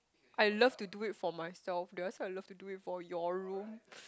I love to do it for myself did I say I love to do it for your room